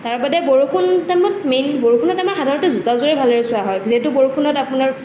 তাৰ বাদে বৰষুণ টাইমত মেইন বৰষুণৰ টাইমত সাধাৰণতে জোতাযোৰে ভাল দৰে চোৱা হয় যেহেতু বৰষুণত আপোনাৰ